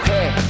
Hey